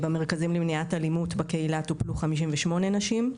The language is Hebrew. במרכזים למניעת אלימות, בקהילה טופלו 58 נשים.